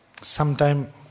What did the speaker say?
sometime